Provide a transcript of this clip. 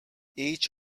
each